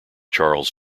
charles